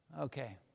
Okay